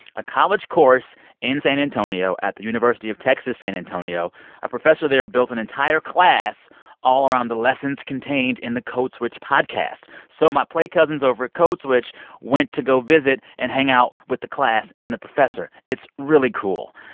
a college course in san antonio at the university of texas, san antonio a professor there built an entire class all around the lessons contained in the code switch podcast. so my play cousins over at code switch went to go visit and hang out with the class and the professor. it's really cool.